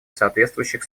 соответствующих